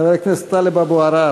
חבר הכנסת טלב אבו עראר.